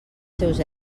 seus